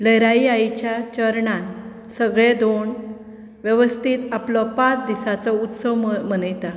लयराई आईच्या चरणांत सगळे धोंड वेवस्थीत आपलो पांच दिसांचो उत्सव मनयतात